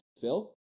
phil